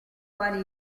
quali